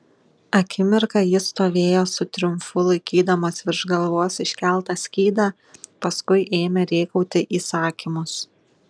akimirką jis stovėjo su triumfu laikydamas virš galvos iškeltą skydą paskui ėmė rėkauti įsakymus